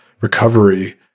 recovery